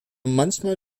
manchmal